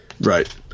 Right